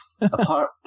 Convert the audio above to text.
Apart